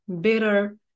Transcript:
bitter